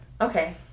Okay